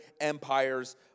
Empires